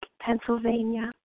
Pennsylvania